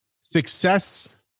success